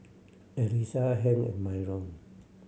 Elisa Hank and Myron